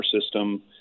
system